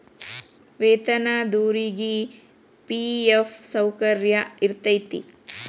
ವೇತನದೊರಿಗಿ ಫಿ.ಎಫ್ ಸೌಕರ್ಯ ಇರತೈತಿ